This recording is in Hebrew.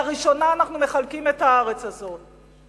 לראשונה אנחנו מחלקים את הארץ הזאת.